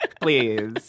please